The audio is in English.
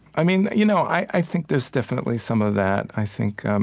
i mean, you know i think there's definitely some of that. i think um